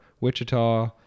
Wichita